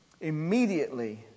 Immediately